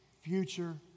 future